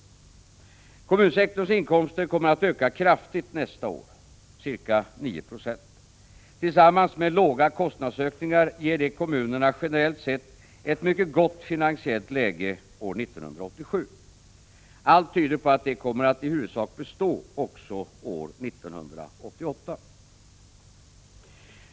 Kommunsektorns inkomster kommer att öka kraftigt nästa år — ca 9 90. Tillsammans med låga kostnadsökningar ger detta kommunerna generellt sett ett mycket gott finansiellt läge år 1987. Allt tyder på att detta kommer att i huvudsak bestå också år 1988.